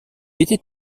était